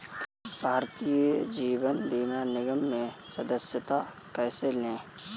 भारतीय जीवन बीमा निगम में सदस्यता कैसे लें?